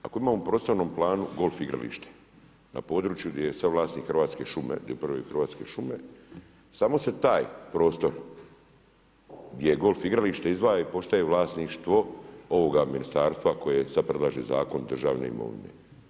Ako imamo u prostornom planu golf igralište, na području gdje je sad vlasnih Hrvatske šume, gdje upravljaju Hrvatske šume, samo se taj prostr gdje je golf igralište izdvaja i postaje vlasništvo ovoga ministarstva, koje sad predlaže Zakon državne imovine.